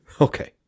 okay